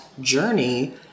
journey